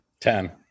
Ten